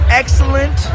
excellent